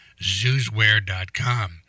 zoosware.com